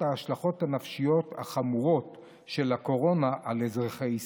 ההשלכות הנפשיות החמורות של הקורונה על אזרחי ישראל.